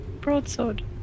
broadsword